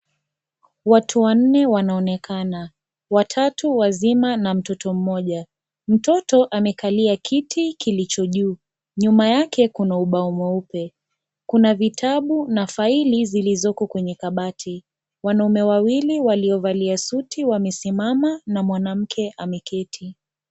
Watu wanne wanaonekana, watatu wazima na mtoto mmoja, mtoto amekalia kiti kilicho juu nyuma yake kuna ubao mweupe, kuna vitabu na faili zilizoko kwenye kabati, wanaume wawili waliovalia suti wamesimama na mwanamke ameketi.